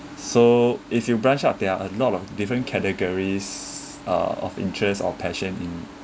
so if you branch out there are a lot of different categories uh of interest or passion in